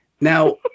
Now